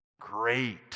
Great